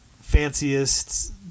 fanciest